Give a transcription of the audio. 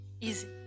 easy